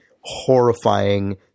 horrifying